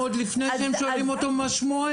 עוד לפני שהם שואלים אותו מה שמו,